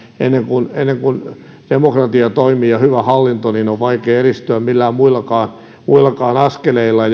ennen kuin demokratia ja hyvä hallinto toimivat on vaikea edistyä millään muillakaan muillakaan askeleilla